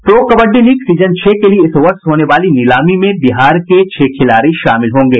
pro kabaddi league season छह के लिए इस वर्ष होने वाली नीलामी में बिहार के छह खिलाड़ी शामिल होंगे